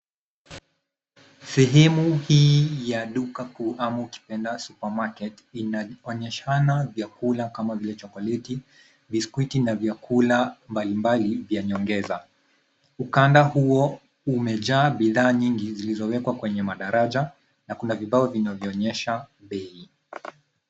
Sehemu hii ya duka kuu ama ukipenda supermarket inaonyeshana vyakula kama vile chokoleti, biskwiti na vyakula mbalimbali vya nyongeza. Ukanda huo umejaa bidhaa nyingi zilizowekwa kwenye madaraja na kuna vibao vinavyoonyesha bei.